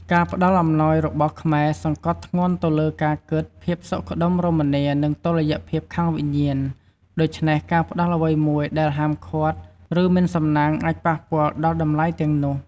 ការផ្តល់អំណោយរបស់ខ្មែរសង្កត់ធ្ងន់ទៅលើការគិត ភាពសុខដុមរមនា និងតុល្យភាពខាងវិញ្ញាណ ដូច្នេះការផ្តល់អ្វីមួយដែលហាមឃាត់ ឬមិនសំណាងអាចប៉ះពាល់ដល់តម្លៃទាំងនេះ។